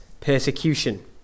persecution